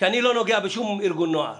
כי אני לא נוגע בשום ארגון נוער